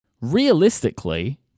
Realistically